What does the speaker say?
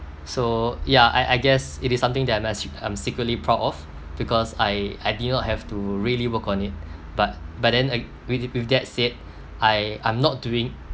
so yeah I I guess it is something that I'm actually I'm secretly proud of because I I did not have to really work on it but but then uh with with that said I I'm not doing